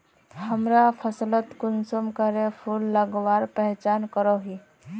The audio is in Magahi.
हमरा फसलोत कुंसम करे फूल लगवार पहचान करो ही?